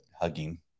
hugging